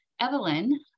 Evelyn